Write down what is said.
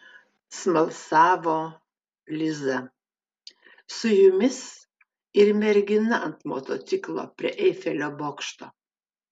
smalsavo liza su jumis ir mergina ant motociklo prie eifelio bokšto